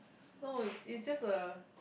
no is just a